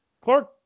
Clark